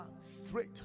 straight